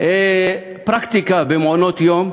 פרקטיקה במעונות-יום,